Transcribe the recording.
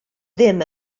ddim